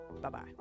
bye-bye